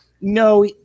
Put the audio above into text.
no